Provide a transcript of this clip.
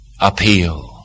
appeal